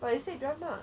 but you say drama